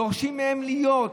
דורשים מהם להיות.